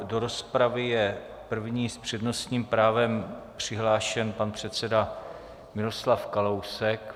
Do rozpravy je první s přednostním právem přihlášen pan předseda Miroslav Kalousek.